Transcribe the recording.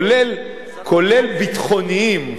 כולל ביטחוניים,